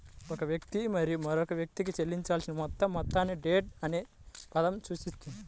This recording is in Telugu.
ఒక వ్యక్తి మరియు మరొక వ్యక్తికి చెల్లించాల్సిన మొత్తం మొత్తాన్ని డెట్ అనే పదం సూచిస్తుంది